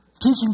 Teaching